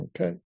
okay